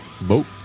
boat